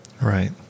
Right